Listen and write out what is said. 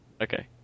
Okay